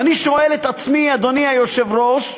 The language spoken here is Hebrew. ואני שואל את עצמי, אדוני היושב-ראש: